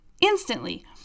instantly